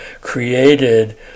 created